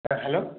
hello